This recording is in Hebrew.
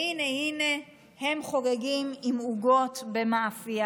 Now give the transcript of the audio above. והינה, הינה, הם חוגגים עם עוגות במאפייה.